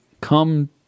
come